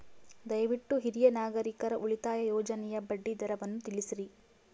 ದಯವಿಟ್ಟು ಹಿರಿಯ ನಾಗರಿಕರ ಉಳಿತಾಯ ಯೋಜನೆಯ ಬಡ್ಡಿ ದರವನ್ನು ತಿಳಿಸ್ರಿ